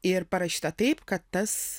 ir parašyta taip kad tas